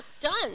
done